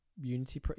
unity